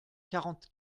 quarante